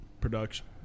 Production